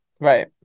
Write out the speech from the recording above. Right